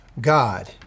God